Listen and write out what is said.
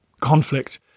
conflict